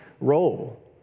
role